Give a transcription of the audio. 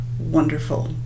Wonderful